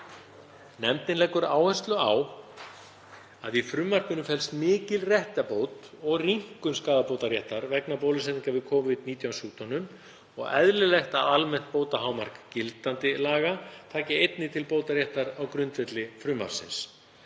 Nefndin leggur áherslu á að í frumvarpinu felst mikil réttarbót og rýmkun skaðabótaréttar vegna bólusetningar við Covid-19 sjúkdómnum og eðlilegt að almennt bótahámark gildandi laga taki einnig til bótaréttar á grundvelli frumvarpsins.